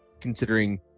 considering